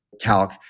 calc